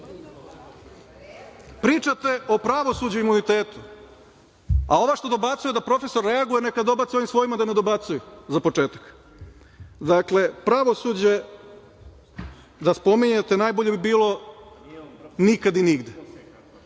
ste. Pričate o pravosuđu i imunitetu. Ova što dobacuje da profesor reaguje, neka dobaci ovima svojima da ne dobacuju, za početak. Dakle, pravosuđe da spominjete najbolje bi bilo nikad i nigde.